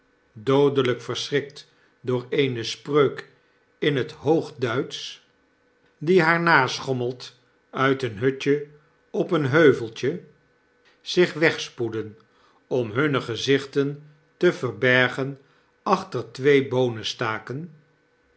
doodelgk verschrikt door eene spreuk in het hoogduitsch die haar naschommelt uit een hutje op een heuveltje zich wegspoeden om hunne gezichten te verbergen achter twee boonenstaken